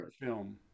film